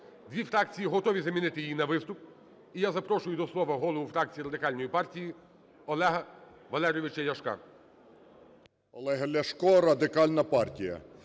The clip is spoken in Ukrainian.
дві фракції готові замінити її на виступ. І я запрошую до слова голову фракції Радикальної партії Олега Валерійовича Ляшка. 10:09:09 ЛЯШКО О.В. Олег Ляшко, Радикальна партія.